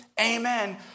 Amen